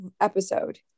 episode